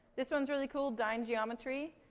this one's really cool dyne geometry.